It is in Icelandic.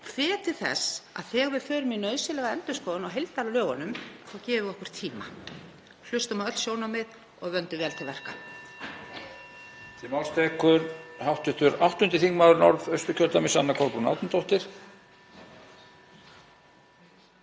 til þess að þegar við förum í nauðsynlega endurskoðun á heildarlögunum gefum við okkur tíma, hlustum á öll sjónarmið og vöndum vel til verka.